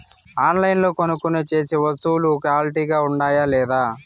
ఆన్లైన్లో కొనుక్కొనే సేసే వస్తువులు క్వాలిటీ గా ఉండాయా లేదా?